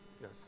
Yes